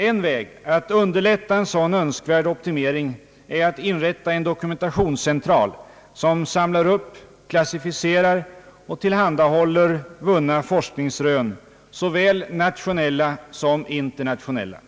En väg att underlättta en sådan önskvärd optimering är att inrätta en dokumentationscentral som samlar upp, klassificerar och tillhandahåller vunna forskningsrön, såväl nationella som internationella.